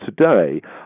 today